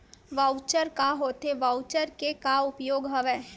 Voucher का होथे voucher के का उपयोग हवय?